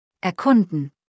Erkunden